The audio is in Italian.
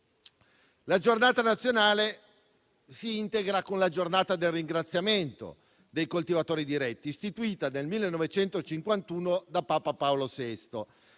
La Giornata nazionale si integra con la giornata del ringraziamento dei coltivatori diretti, istituita nel 1951 da Papa Paolo VI.